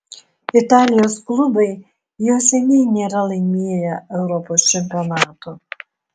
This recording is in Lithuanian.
italijos klubai jau seniai nėra laimėję europos čempionato